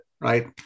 right